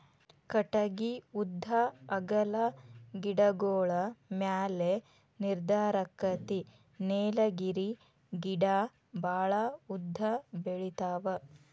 ಕಟಗಿ ಉದ್ದಾ ಅಗಲಾ ಗಿಡಗೋಳ ಮ್ಯಾಲ ನಿರ್ಧಾರಕ್ಕತಿ ನೇಲಗಿರಿ ಗಿಡಾ ಬಾಳ ಉದ್ದ ಬೆಳಿತಾವ